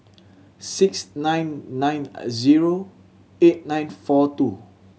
six nine nine zero eight nine four two